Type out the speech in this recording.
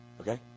Okay